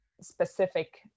specific